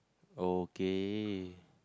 okay